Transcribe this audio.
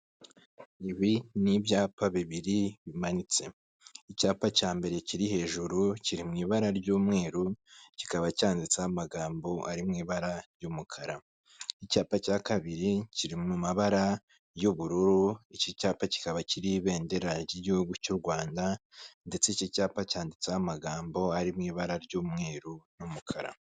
Ibi ni ibyapa bibiri bimanitse. Icyapa cya mbere kiri hejuru kiri mu ibara ry'umweru, kikaba cyanditseho amagambo ari mu ibara ry'umukara. Icyapa cya kabiri kiri mu mabara y'ubururu, iki cyapa kikaba kiriho ibendera ry'igihugu cy'u Rwanda ndetse iki cyapa cyanditseho amagambo ari mu ibara ry'umweru n'umukara.